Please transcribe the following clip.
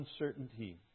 Uncertainty